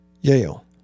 Yale